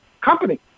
company